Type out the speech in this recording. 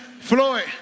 Floyd